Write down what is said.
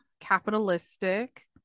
capitalistic